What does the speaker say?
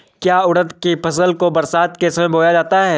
क्या उड़द की फसल को बरसात के समय बोया जाता है?